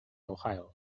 ohio